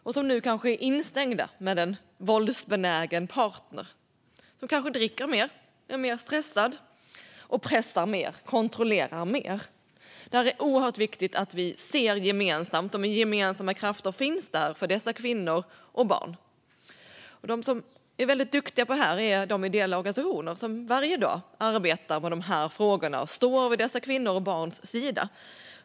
De är nu kanske instängda med en våldsbenägen partner som kanske dricker mer, är mer stressad och pressar och kontrollerar mer. Då är det oerhört viktigt att vi ser detta och med gemensamma krafter finns där för dessa kvinnor och barn. De som är mycket duktiga på detta är de ideella organisationer som varje dag arbetar med dessa frågor och står vid dessa kvinnors och barns sida.